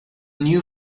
new